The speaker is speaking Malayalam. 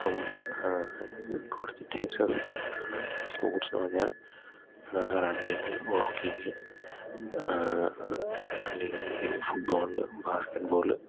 അപ്പം കുറച്ച് ടൈപ്സ് ഓഫ് സ്പോർട്സ്ന്ന് പറഞ്ഞാൽ റണ്ണിങ് വോക്കിങ് അല്ലെങ്കിൽ ഫുട്ബോള് ബാസ്കറ്റ് ബോള്